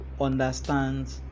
understand